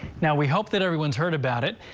now we hope that everyone's heard about it.